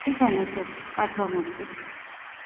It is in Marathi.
ठीक अहे ना सर पाठवा मग ते